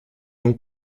donc